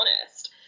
honest